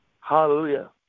Hallelujah